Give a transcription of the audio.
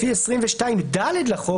לפי 22ד לחוק,